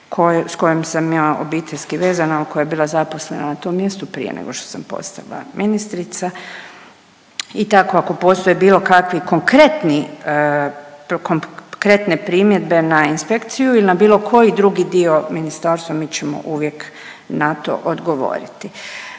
s kojom sam ja obiteljski vezana, ali koja je bila zaposlena na tom mjestu prije nego što sam postala ministrica i tako ako postoje bilo kakvi konkretni, konkretne primjedbe na inspekciju ili na bilo koji drugi dio ministarstva, mi ćemo uvijek na to odgovoriti.